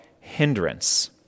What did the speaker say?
hindrance